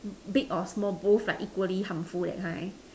big or small both like equally harmful that kind